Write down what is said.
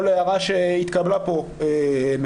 כל הערה שהתקבלה פה מקובלת.